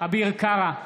אביר קארה,